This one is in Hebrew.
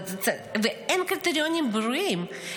אין קריטריונים ברורים.